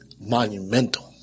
monumental